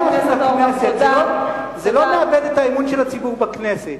זה לא מאבד את האמון של הציבור בכנסת.